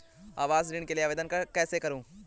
आवास ऋण के लिए आवेदन कैसे करुँ?